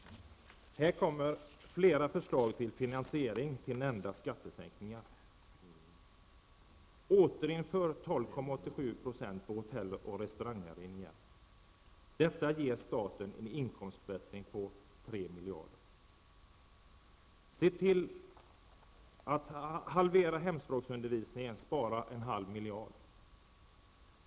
Här kommer flera förslag till finansiering av nämnda skattesänkningar. Återinför skatten på 12,87 % på hotell och restaurangnäringen. Detta ger staten en inkomstförbättring på tre miljarder. Halvera hemspråksundervisningen och spara en halv miljard.